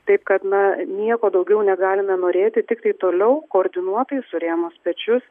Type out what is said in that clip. taip kad na nieko daugiau negalime norėti tiktai toliau koordinuotai surėmus pečius